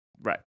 right